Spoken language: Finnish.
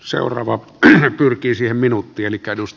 seuraava pyrkii siihen minuuttiin